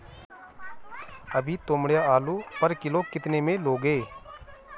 अभी तोमड़िया आलू पर किलो कितने में लोगे?